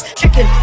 chicken